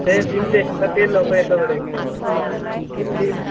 দে দিম দে একেবাৰে অঁ দিম দিম